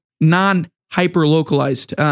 non-hyper-localized